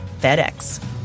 FedEx